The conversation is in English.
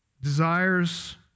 desires